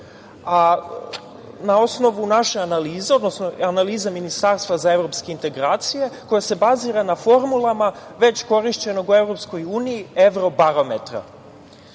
a na osnovu naše analize, odnosno analize Ministarstva za evropske integracije koje se bazira na formulama već korišćenog u Evropskoj